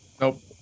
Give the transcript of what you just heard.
Nope